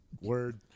Word